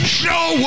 show